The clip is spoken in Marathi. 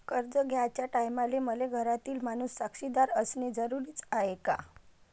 कर्ज घ्याचे टायमाले मले घरातील माणूस साक्षीदार असणे जरुरी हाय का?